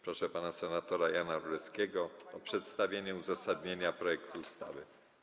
Proszę pana senatora Jana Rulewskiego o przedstawienie uzasadnienia projektu ustawy.